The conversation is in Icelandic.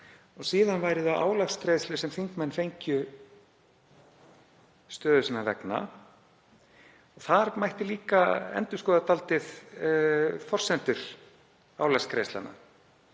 síðan væru það álagsgreiðslur sem þingmenn fengju stöðu sinnar vegna. Þar mætti líka endurskoða dálítið forsendur álagsgreiðslna